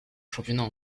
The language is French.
championnat